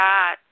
God